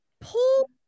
Pull